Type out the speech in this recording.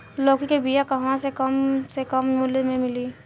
लौकी के बिया कहवा से कम से कम मूल्य मे मिली?